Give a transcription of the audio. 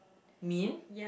mean